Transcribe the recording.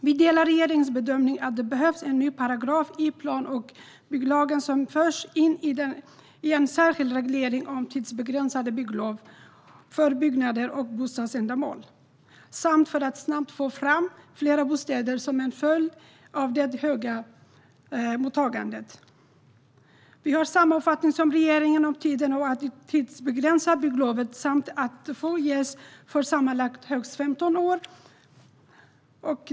Vi delar regeringens bedömning att det behövs en ny paragraf i plan och bygglagen som förs in i en särskild reglering om tidsbegränsade bygglov för byggnader för bostadsändamål för att snabbt få fram fler bostäder som en följd av det stora mottagandet. Vi har samma uppfattning som regeringen om tiden, om att tidsbegränsa bygglovet och om att det får ges för sammanlagt högst 15 år.